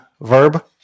verb